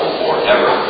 forever